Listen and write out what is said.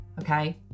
okay